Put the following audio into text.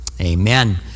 Amen